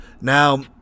now